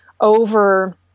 over—